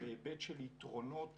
בהיבט של יתרונות